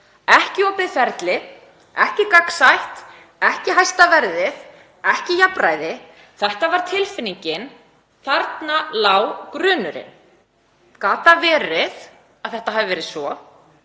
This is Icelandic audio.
Ekki opið ferli, ekki gagnsætt, ekki hæsta verðið, ekki jafnræði. Þetta var tilfinningin og þarna lá grunurinn. Gat það verið að þetta hefði verið svo?